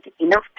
enough